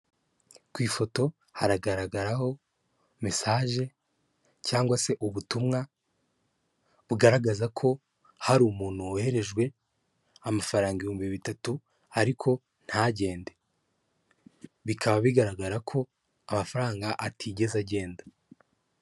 Ku ifoto haragaragaraho mesaje cyangwa se ubutumwa bugaragaza ko hari umuntu woherererejwe amafaranga ibihumbi bitatu ariko ntagende bikaba bigaragara ko amafaranga atigeze agenda.